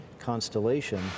Constellation